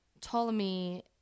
Ptolemy